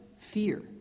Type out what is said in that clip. fear